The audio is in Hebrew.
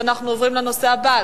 ועדת משנה,